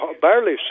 barely